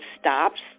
stops